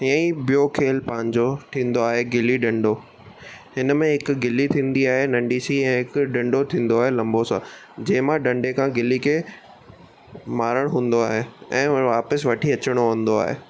हीअं ई ॿियो खेल पंहिंजो थींदो आहे गिली डंडो हिन में हिकु गिली थींदी आहे नंढी सी ऐं हिकु डंडो थींदो आहे लंबो सां जेमां डंडे खां गिली खे मारण हूंदो आहे ऐं वापसि वठी अचिणो हूंदो आहे